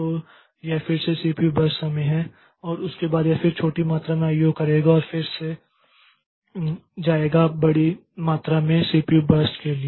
तो यह फिर से सीपीयू बर्स्ट समय है और उसके बाद यह फिर से कुछ छोटी मात्रा में IO करेगा और फिर से जाएगा बड़ी मात्रा में सीपीयू बर्स्ट के लिए